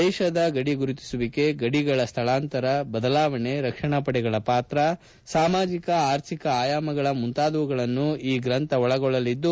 ದೇಶದ ಗಡಿ ಗುರುತಿಸುವಿಕೆ ಗಡಿಗಳ ಸ್ಥಳಾಂತರ ಬದಲಾವಣೆ ರಕ್ಷಣಾ ಪಡೆಗಳ ಪಾತ್ರ ಸಾಮಾಜಿಕ ಆರ್ಥಿಕ ಆಯಾಮ ಮುಂತಾದವುಗಳನ್ನು ಈ ಗ್ರಂಥ ಒಳಗೊಳ್ಳಲಿದ್ದು